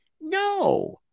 No